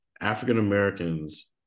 African-Americans